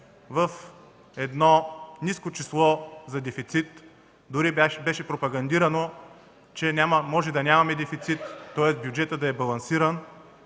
в едно ниско число за дефицит, дори беше пропагандирано, че може да нямаме дефицит, тоест бюджетът да е балансиран,